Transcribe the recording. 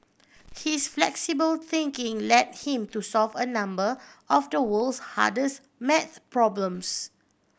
his flexible thinking led him to solve a number of the world's hardest maths problems